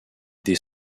des